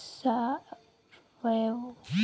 ಸೇರ್ಯಾವ